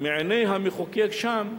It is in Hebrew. מעיני המחוקק שם,